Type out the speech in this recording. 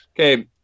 Okay